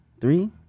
three